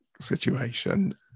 situation